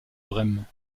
brême